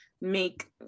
make